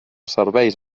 serveis